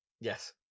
yes